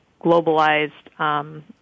globalized